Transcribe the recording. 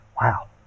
Wow